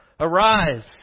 Arise